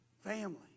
family